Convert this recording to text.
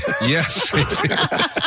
Yes